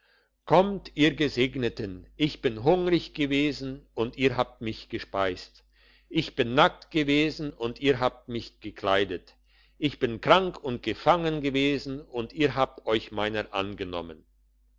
kommt ihr gesegneten ich bin hungrig gewesen und ihr habt mich gespeist ich bin nackt gewesen und ihr habt mich gekleidet ich bin krank und gefangen gewesen und ihr habt euch meiner angenommen